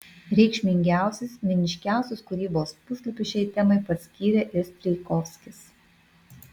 reikšmingiausius meniškiausius kūrybos puslapius šiai temai paskyrė ir strijkovskis